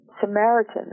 Samaritan